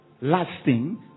lasting